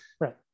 right